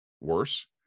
worse